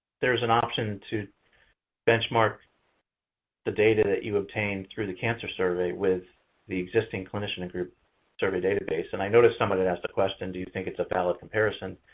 there's an option to benchmark the data that you obtain through the cancer survey with the existing clinician and group survey database. and i noticed someone had asked a question, do you think it's a valid comparison?